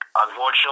Unfortunately